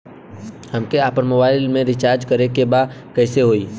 हमके आपन मोबाइल मे रिचार्ज करे के बा कैसे होई?